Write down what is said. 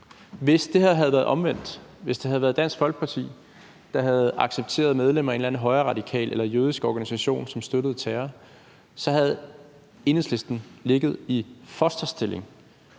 Hvis det havde været omvendt, hvis det havde været Dansk Folkeparti, der havde accepteret medlemmer af en eller anden højreradikal eller jødisk organisation, som støttede terror, havde Enhedslisten ligget i fosterstilling.